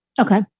Okay